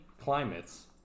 climates